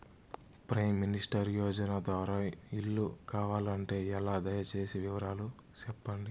Prime minister Yojana ద్వారా ఇల్లు కావాలంటే ఎలా? దయ సేసి వివరాలు సెప్పండి?